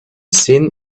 seen